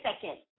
second